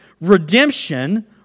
Redemption